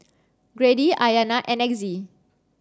Grady Ayana and Exie